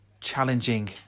challenging